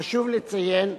חשוב לציין,